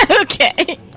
Okay